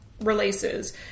releases